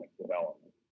development